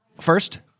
first